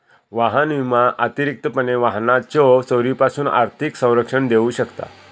वाहन विमा अतिरिक्तपणे वाहनाच्यो चोरीपासून आर्थिक संरक्षण देऊ शकता